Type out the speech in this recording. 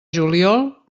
juliol